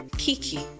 kiki